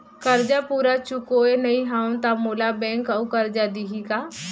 करजा पूरा चुकोय नई हव त मोला बैंक अऊ करजा दिही का?